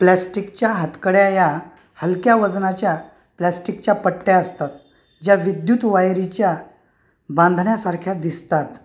प्लॅस्टिकच्या हातकड्या या हलक्या वजनाच्या प्लॅस्टिकच्या पट्ट्या असतात ज्या विद्युत वायरीच्या बांधण्यासारख्या दिसतात